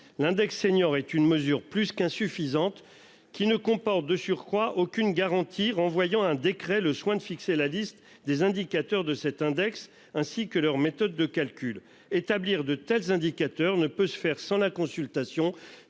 l'index senior est une mesure plus qu'insuffisante qui ne comporte de surcroît aucune garantie renvoyant à un décret le soin de fixer la liste des indicateurs de cet index ainsi que leurs méthodes de calculs établir de tels indicateurs ne peut se faire sans la consultation